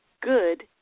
good